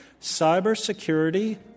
cybersecurity